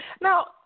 Now